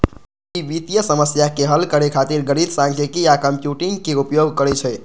ई वित्तीय समस्या के हल करै खातिर गणित, सांख्यिकी आ कंप्यूटिंग के उपयोग करै छै